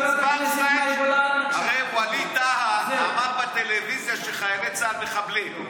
טאהא אמר בטלוויזיה שחיילי צה"ל מחבלים.